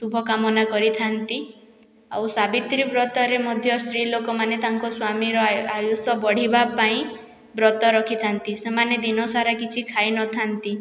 ଶୁଭକାମନା କରିଥାଆନ୍ତି ଆଉ ସାବିତ୍ରୀ ବ୍ରତରେ ମଧ୍ୟ ସ୍ତ୍ରୀ ଲୋକମାନେ ତାଙ୍କ ସ୍ୱାମୀର ଆୟୁଷ ବଢ଼ିବାପାଇଁ ବତ୍ର ରଖିଥାଆନ୍ତି ସେମାନେ ଦିନସାରା କିଛି ଖାଇନଥାନ୍ତି